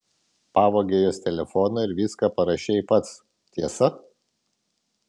pavogei jos telefoną ir viską parašei pats tiesa